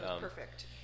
perfect